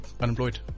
unemployed